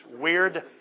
weird